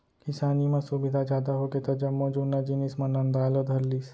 किसानी म सुबिधा जादा होगे त जम्मो जुन्ना जिनिस मन नंदाय ला धर लिस